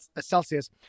Celsius